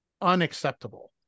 unacceptable